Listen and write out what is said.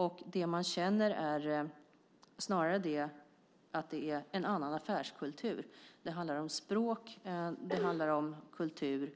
EU. Det man känner är snarare att det är en annan affärskultur. Det handlar om språk. Det handlar om kultur.